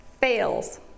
fails